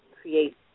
create